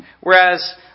Whereas